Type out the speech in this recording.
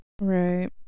Right